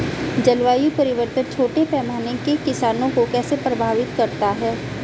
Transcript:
जलवायु परिवर्तन छोटे पैमाने के किसानों को कैसे प्रभावित करता है?